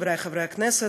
חברי חברי הכנסת,